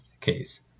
case